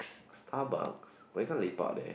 Starbucks but you can't lepak there